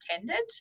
intended